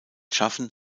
schaffen